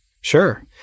Sure